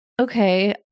Okay